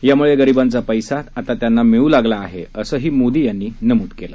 त्यामुळे गरिबांचा पैसा आता त्यांना मिळू लागला आहे असंही मोदी यांनी स्पष्ट केलं